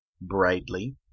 brightly